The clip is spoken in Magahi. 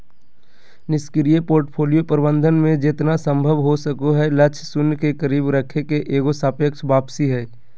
निष्क्रिय पोर्टफोलियो प्रबंधन मे जेतना संभव हो सको हय लक्ष्य शून्य के करीब रखे के एगो सापेक्ष वापसी हय